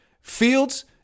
Fields